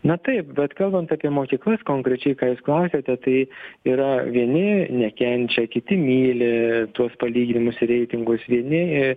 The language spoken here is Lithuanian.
na taip bet kalbant apie mokyklas konkrečiai ką jūs klausėte tai yra vieni nekenčia kiti myli tuos palyginimus ir reitingus vieni